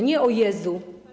Nie „o Jezu”